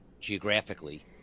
geographically